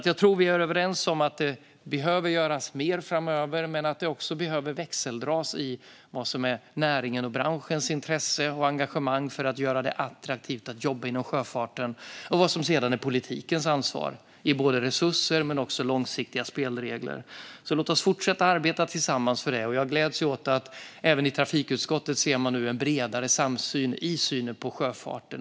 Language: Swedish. Jag tror att vi är överens både om att det behöver göras mer framöver och om att det behöver växeldras gällande vad som är näringens och branschens intresse och engagemang för att göra det attraktivt att jobba inom sjöfarten och vad som är politikens ansvar för resurser och långsiktiga spelregler. Låt oss fortsätta att arbeta tillsammans för det. Jag gläds åt att det även i trafikutskottet nu råder en bredare samsyn när det gäller sjöfarten.